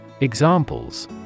Examples